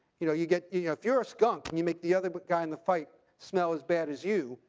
you know you get if you're a skunk and you make the other but guy in the fight smell as bad as you,